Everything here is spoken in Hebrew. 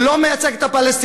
הוא לא מייצג את הפלסטינים: